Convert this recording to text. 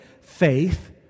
faith